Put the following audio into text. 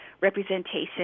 representation